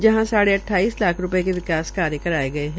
जहां साढ़े अट्ठाइस लाख रूपये के विकास कार्य कराये गये है